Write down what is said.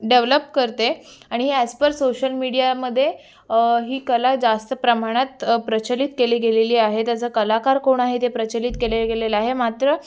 develop करते आणि हे ॲज पर सोशल मिडियामध्ये ही कला जास्त प्रमाणात प्रचलित केली गेलेली आहे त्याचा कलाकार कोण आहे ते प्रचलित केले गेलेले आहे मात्र